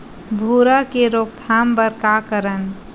भूरा के रोकथाम बर का करन?